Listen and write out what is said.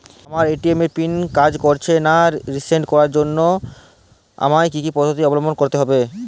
আমার এ.টি.এম এর পিন কাজ করছে না রিসেট করার জন্য আমায় কী কী পদ্ধতি অবলম্বন করতে হবে?